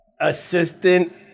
Assistant